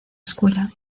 escuela